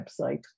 website